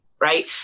right